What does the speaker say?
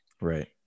Right